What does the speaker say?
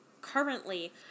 currently